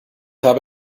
habe